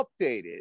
updated